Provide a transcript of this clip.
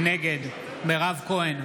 נגד מירב כהן,